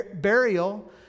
burial